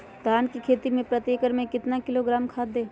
धान की खेती में प्रति एकड़ में कितना किलोग्राम खाद दे?